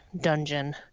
dungeon